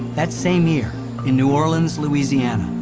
that same year in new orleans, louisiana,